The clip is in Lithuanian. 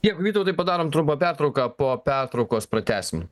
dėkui vytautai padarom trumpą pertrauką po pertraukos pratęsim